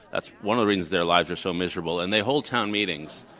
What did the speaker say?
that's one of the reasons their lives are so miserable and they hold town meetings.